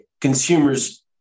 consumers